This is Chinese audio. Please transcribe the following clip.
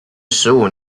十五